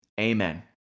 Amen